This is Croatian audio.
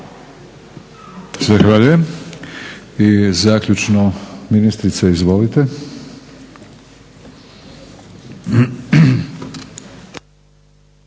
Zahvaljujem. I zaključno ministrice izvolite.